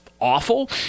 Awful